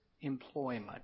employment